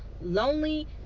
lonely